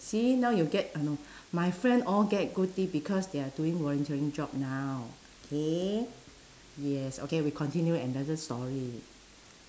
see now you get uh no my friend all get good deed because they are doing volunteering job now K yes okay we continue another story